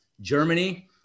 Germany